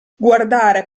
guardare